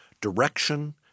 direction